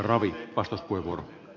arvoisa herra puhemies